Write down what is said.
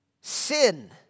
sin